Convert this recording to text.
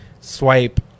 swipe